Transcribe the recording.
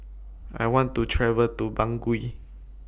I want to travel to Bangui